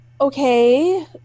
okay